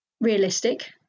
realistic